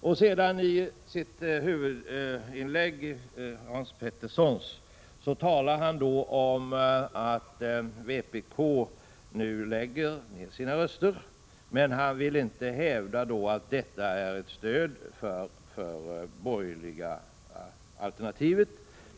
Hans Petersson i Hallstahammar talar i sitt huvudanförande om att vpk kommer att lägga ned sina röster. Han vill emellertid inte hävda att detta innebär ett stöd för det borgerliga alternativet.